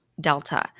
Delta